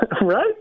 Right